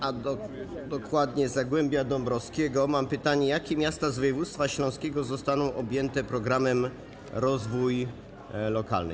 a dokładnie Zagłębia Dąbrowskiego, mam pytanie: Jakie miasta z województwa śląskiego zostaną objęte programem „Rozwój lokalny”